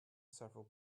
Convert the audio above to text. several